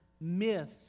myths